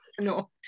No